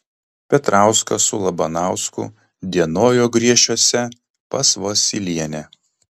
petrauskas su labanausku dienojo griešiuose pas vosylienę